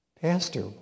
Pastor